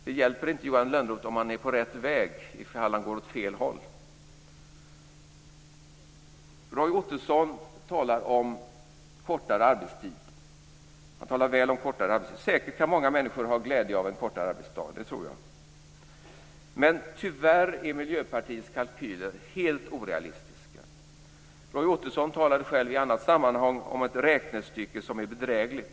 Det hjälper inte att man är på rätt väg, Johan Lönnroth, om man går åt fel håll. Roy Ottosson talar väl om kortare arbetstid. Många människor kan säkert ha glädje av en kortare arbetsdag. Det tror jag. Men tyvärr är Miljöpartiets kalkyler helt orealistiska. Roy Ottosson har själv, i annat sammanhang, talat om ett räknestycke som är bedrägligt.